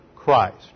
Christ